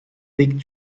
fig